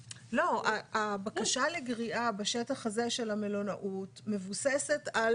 הבקשה לגריעה בשטח הזה של המלונאות מבוססת על